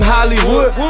Hollywood